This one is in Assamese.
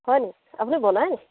হয়নি আপুনি বনায়নি